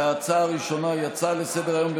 וההצעה הראשונה היא הצעה לסדר-היום בנושא: